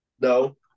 no